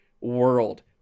world